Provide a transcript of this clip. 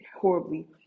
horribly